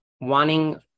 wanting